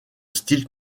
style